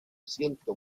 siento